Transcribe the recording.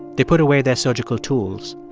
they put away their surgical tools.